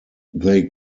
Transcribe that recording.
they